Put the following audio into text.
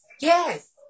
Yes